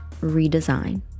redesign